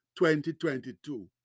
2022